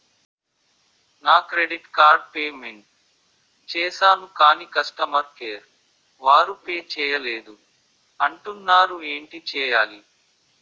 నా credit card payment చేసాను కాని కస్టమర్ కేర్ వారు పే చేయలేదు అంటున్నారు ఏంటి చేయాలి?